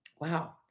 Wow